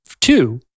two